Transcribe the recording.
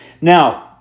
Now